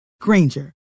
Granger